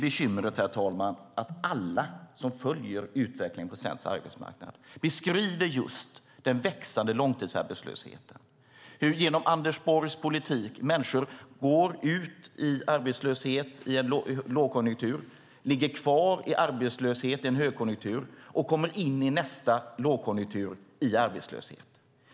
Bekymret är att alla som följer utvecklingen på svensk arbetsmarknad beskriver just den växande långtidsarbetslösheten. Genom Anders Borgs politik går människor ut i arbetslöshet i en lågkonjunktur, de ligger kvar i arbetslöshet i en högkonjunktur, och de kommer in i nästa lågkonjunktur i arbetslöshet.